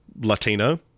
Latino